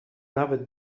nawet